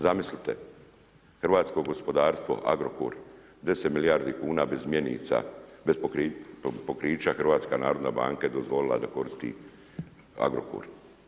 Zamislite hrvatsko gospodarstvo, Agrokor, 10 milijardi kuna bez mjenica, bez pokrića HNB je dozvolila da koristi Agrokor.